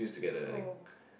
oh